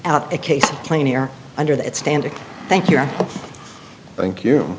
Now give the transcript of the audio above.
out a case plain here under that standard thank you thank you